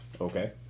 Okay